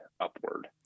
upward